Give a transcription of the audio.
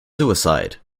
suicide